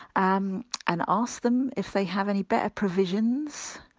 um and ask them if they have any better provisions,